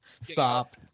Stop